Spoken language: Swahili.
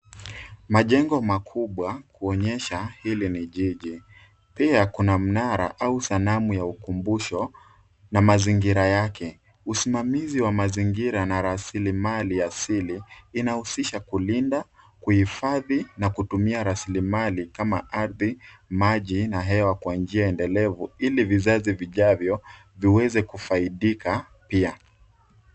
Majengo makubwa kuonyesha hili ni jiji, pia kuna mnara au sanamu ya ukumbusho na mazingira yake, usimamizi ya mazingira na rasili mali asili, inahushisha kulinda, kuhifadhi na kutumia rasili mali kama aridhi, maji na hewa kwa njia endelefu hili vizazi vichavyo viweze kufahidika pia.